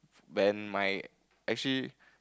then my actually